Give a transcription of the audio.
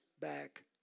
back